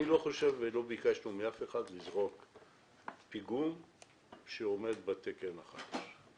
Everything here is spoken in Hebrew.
אני לא חושב שביקשנו מאף אחד לזרוק פיגום שעומד בתקן החדש.